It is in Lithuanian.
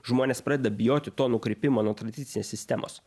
žmonės pradeda bijoti to nukrypimo nuo tradicinės sistemos